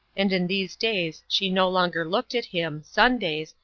and in these days she no longer looked at him, sundays,